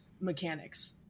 mechanics